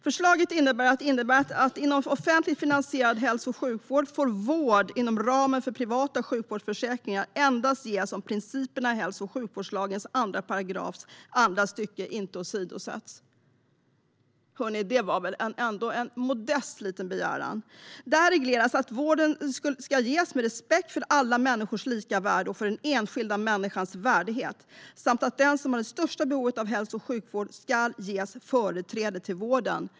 Förslaget innebär att inom offentligt finansierad hälso och sjukvård får vård inom ramen för privata sjukvårdsförsäkringar endast ges om principerna i hälso och sjukvårdslagens 2 § andra stycket inte åsidosätts. Det var väl ändå en modest liten begäran. Där regleras att vården ska ges med respekt för alla människors lika värde och för den enskilda människans värdighet samt att den som har det största behovet av hälso och sjukvård ska ges företräde till vården.